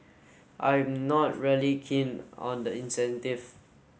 I'm not really keen on the incentive